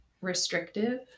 restrictive